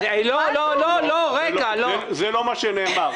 זה לא מה שנאמר.